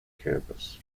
campus